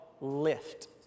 lift